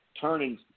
turning